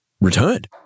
returned